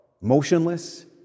motionless